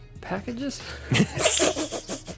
packages